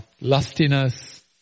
lustiness